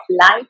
life